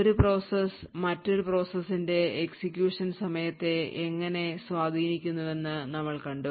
ഒരു പ്രോസസ്സ് മറ്റൊരു പ്രോസസ്സിന്റെ എക്സിക്യൂഷൻ സമയത്തെ എങ്ങനെ സ്വാധീനിക്കുമെന്ന് നമ്മൾ കണ്ടു